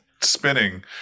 spinning